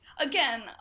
Again